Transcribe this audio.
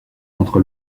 entre